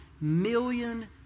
million